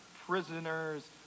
prisoners